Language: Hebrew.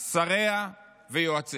שריה ויועציה,